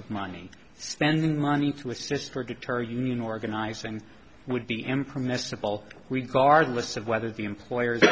of money spending money to assist or guitar union organizing would be impermissible we guard lists of whether the employers